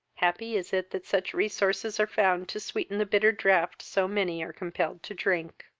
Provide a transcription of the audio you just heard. happy is it that such resources are found to sweeten the bitter draught so many are compelled to drink